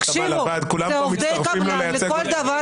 כולם פה מצטרפים לייצג אותך.